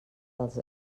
dels